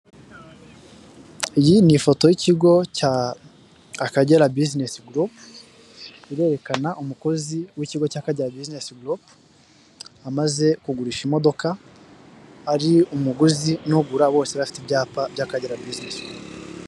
Iyi ni ifoto y'ikigo cya akagera bizinesi gurupe irerekana umukozi w'ikigo cya kabiri cya akagera bizinesi gurupe amaze kugurisha imodoka ari umuguzi nogura bose bafite ibyapa by'akagera bizinesi gurupe.